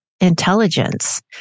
intelligence